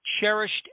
cherished